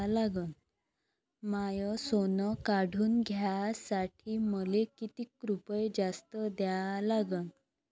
माय सोनं काढून घ्यासाठी मले कितीक रुपये जास्त द्या लागन?